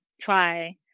try